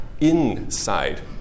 inside